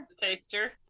taster